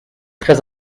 très